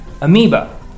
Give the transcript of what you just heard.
amoeba